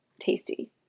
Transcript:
tasty